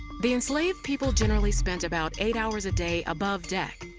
the enslaved people generally spent about eight hours a day above deck,